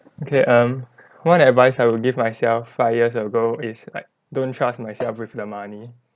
okay um one advice I will give myself five years ago is like don't trust myself with the money